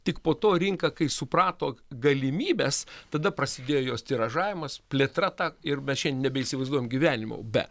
tik po to rinka kai suprato galimybes tada prasidėjo jos tiražavimas plėtra ta ir mes šiandien nebeįsivaizduojam gyvenimo be